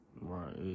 Right